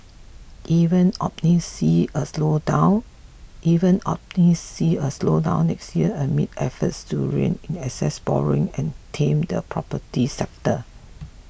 even optimists see a slowdown even optimists see a slowdown next year amid efforts to rein in excess borrowing and tame the property sector